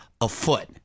afoot